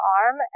arm